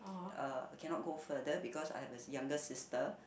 uh cannot go further because I have a younger sister